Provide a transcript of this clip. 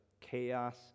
chaos